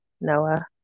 noah